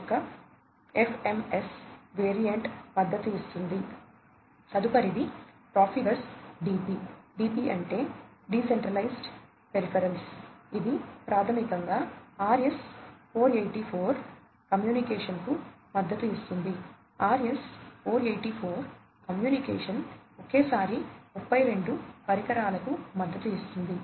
6 Kbps నుండి 12 Mbps వరకు మారుతుంది